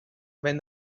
when